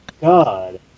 God